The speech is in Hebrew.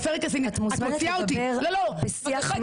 אני קוראת אותך לסדר בפעם השלישית ואת מוזמנת לצאת